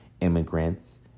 immigrants